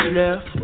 left